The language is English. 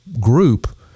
group